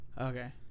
okay